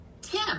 Tim